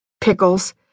Pickles